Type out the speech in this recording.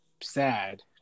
sad